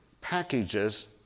packages